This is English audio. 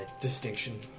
distinction